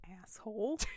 asshole